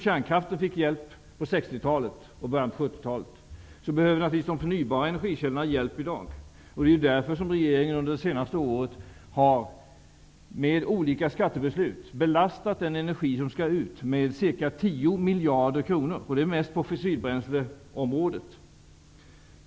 Kärnkraften fick hjälp på 1960-talet och i början av 1970-talet. De förnybara energikällorna behöver naturligtvis hjälp i dag. Det är därför regeringen under det senaste året har med olika skattebeslut belastat med cirka 10 miljarder kronor den energiproduktion som skall ut, det gäller mest fossilbränsleområdet.